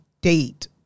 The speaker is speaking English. date